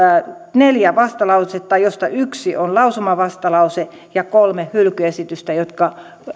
neljä vastalausetta joista yksi on lausumavastalause ja kolme hylkyesitystä jotka